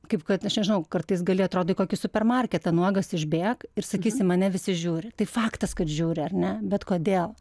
kaip kad aš nežinau kartais gali atrodo į kokį supermarketą nuogas išbėk ir sakysim visi žiūri tai faktas kad žiūri ar ne bet kodėl